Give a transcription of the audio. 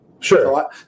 Sure